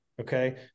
Okay